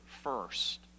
first